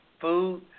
food